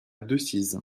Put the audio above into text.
decize